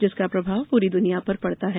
जिसका प्रभाव पूरी दुनिया पर पड़ता है